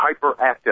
hyperactive